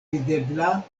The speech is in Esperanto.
videbla